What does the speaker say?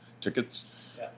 tickets